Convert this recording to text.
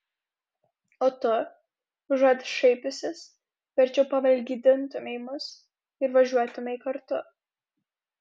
o tu užuot šaipiusis verčiau pavalgydintumei mus ir važiuotumei kartu